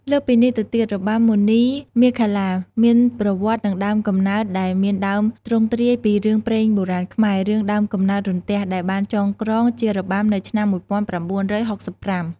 លើសពីនេះទៅទៀតរបាំមុនីមាឃលាមានប្រវត្តិ និងដើមកំណើតដែលមានដើមទ្រង់ទ្រាយពីរឿងព្រេងបុរាណខ្មែរ "រឿងដើមកំណើតរន្ទះ" ដែលបានចងក្រងជារបាំនៅឆ្នាំ ១៩៦៥។